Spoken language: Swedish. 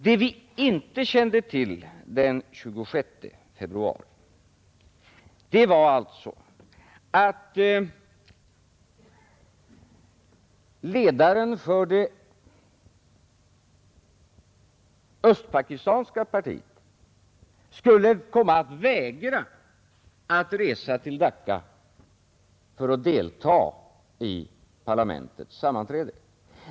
Det vi inte kände till den 26 februari var att ledaren för det västpakistanska partiet skulle komma att vägra att resa till Dacca för att delta i parlamentets sammanträde.